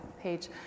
page